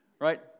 right